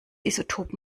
isotop